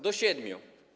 Do siedmiu.